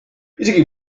isegi